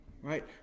Right